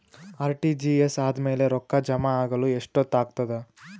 RTGS ಆದ್ಮೇಲೆ ರೊಕ್ಕ ಜಮಾ ಆಗಲು ಎಷ್ಟೊತ್ ಆಗತದ?